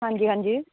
ਹਾਂਜੀ ਹਾਂਜੀ